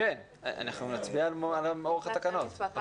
אני רוצה לתת לכם את הקרדיט ואת המקום.